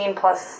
plus